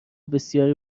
بسیاری